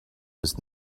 was